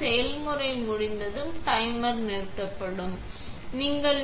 செயல்முறை முடிந்ததும் டைமர் நிறுத்தப்படும்போது நீங்கள்